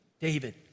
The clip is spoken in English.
David